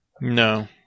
No